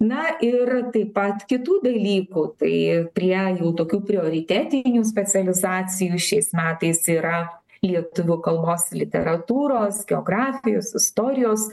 na ir taip pat kitų dalykų tai prie jau tokių prioritetinių specializacijų šiais metais yra lietuvių kalbos literatūros geografijos istorijos